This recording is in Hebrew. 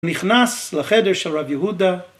נכנס לחדר של רב יהודה